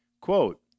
quote